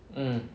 mm